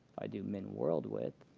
i do minworldwidth,